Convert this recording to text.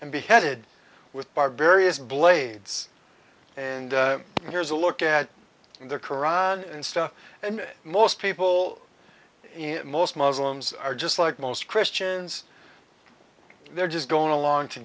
and beheaded with barbarians blades and here's a look at their qur'an and stuff and most people in most muslims are just like most christians they're just going along to